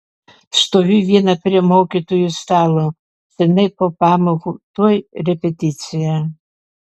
stoviu viena prie mokytojų stalo seniai po pamokų tuoj repeticija